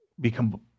become